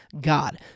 God